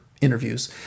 interviews